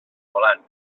volant